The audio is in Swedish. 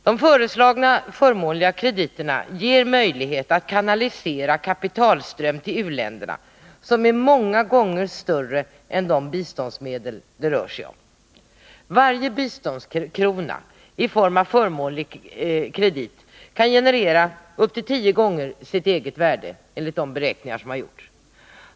De föreslagna förmånliga krediterna ger möjlighet att till u-länderna kanalisera en kapitalström som är många gånger större än de biståndsmedel som det här är fråga om. Varje biståndskrona i form av förmånlig kredit kan enligt de beräkningar som har gjorts generera upp till 10 gånger sitt eget värde.